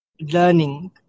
learning